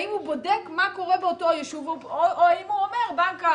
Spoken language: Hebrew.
האם הוא בודק מה קורה באותו יישוב או האם הוא אומר: בנק,